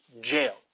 jail